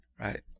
right